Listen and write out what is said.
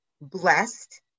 blessed